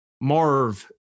Marv